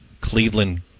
Cleveland